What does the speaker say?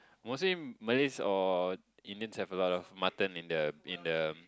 mostly Malays or Indians have a lot of mutton in the in the